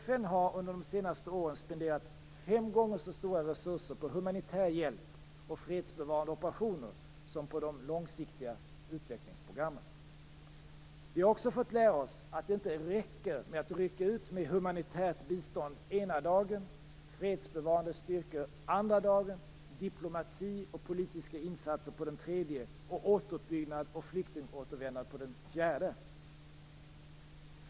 FN har under de senaste åren spenderat fem gånger så stora resurser på humanitär hjälp och fredsbevarande operationer som på de långsiktiga utvecklingsprogrammen. Vi har också fått lära oss att det inte räcker med att rycka ut med humanitärt bistånd den ena dagen, fredsbevarande styrkor den andra dagen, diplomati och politiska insatser den tredje dagen och återuppbyggnad och flyktingåtervändande på den fjärde dagen.